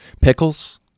Pickles